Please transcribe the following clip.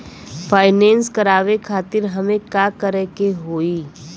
Finance करावे खातिर हमें का करे के होई?